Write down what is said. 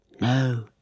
No